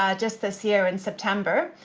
ah just this year in september.